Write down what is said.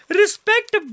respect